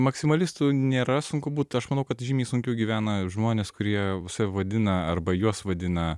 maksimalistu nėra sunku būt aš manau kad žymiai sunkiau gyvena žmonės kurie save vadina arba juos vadina